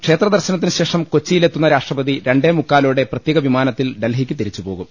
ക്ഷേത്ര ദർശനത്തിനുശേഷം കൊച്ചിയിലെത്തുന്ന രാഷ്ട്രപതി രണ്ടേമുക്കാലോടെ പ്രത്യേക വിമാനത്തിൽ ഡൽഹിക്ക് തിരിച്ചു പോകും